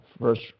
first